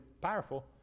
powerful